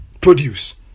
produce